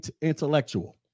intellectual